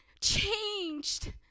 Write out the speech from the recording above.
changed